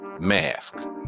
mask